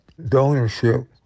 donorship